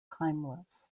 timeless